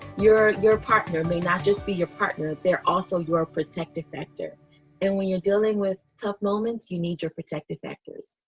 your your partner may not just be your partner they're also your protective factor and when you're dealing with tough moments you need your protective factors.